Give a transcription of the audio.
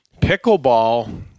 Pickleball